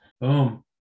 Boom